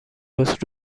درست